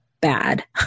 bad